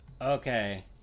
Okay